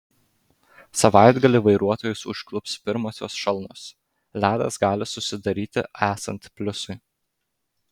savaitgalį vairuotojus užklups pirmosios šalnos ledas gali susidaryti esant pliusui